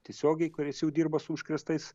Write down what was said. tiesiogiai kuriais jau dirba su užkrėstais